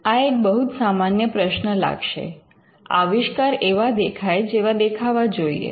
આ એક બહુ જ સામાન્ય પ્રશ્ન લાગશે આવિષ્કાર એવા દેખાય જેવા દેખાવા જોઈએ